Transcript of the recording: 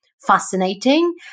fascinating